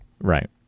Right